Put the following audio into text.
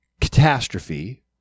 catastrophe